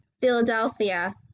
Philadelphia